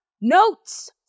notes